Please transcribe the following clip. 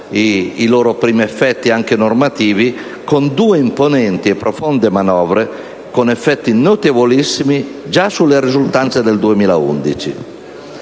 i loro primi effetti, anche normativi, con due imponenti e profonde manovre, con effetti notevolissimi già sulle risultanze del 2011.